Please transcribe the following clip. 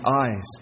eyes